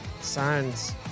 signs